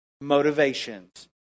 motivations